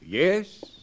Yes